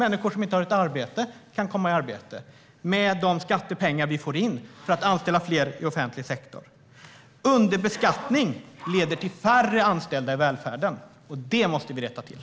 Människor som inte har ett arbete kan komma i arbete med de skattepengar vi får in, som gör att man kan anställa fler i den offentliga sektorn. Underbeskattning leder till färre anställda i välfärden. Det måste vi rätta till.